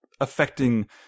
affecting